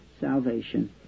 salvation